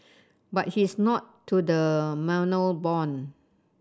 but he is not to the manor born